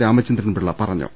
രാ മചന്ദ്രൻ പിള്ള പറഞ്ഞു